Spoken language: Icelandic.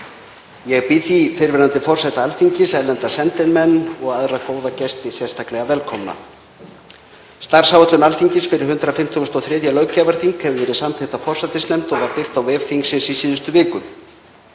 Ég býð því fyrrverandi forseta Alþingis, erlenda sendimenn, og aðra góða gesti sérstaklega velkomna. Starfsáætlun Alþingis fyrir 153. löggjafarþing hefur verið samþykkt af forsætisnefnd og var birt á vef þingsins í síðustu viku.